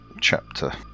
chapter